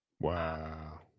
Wow